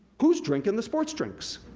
who's drinking the sports drinks?